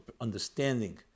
understanding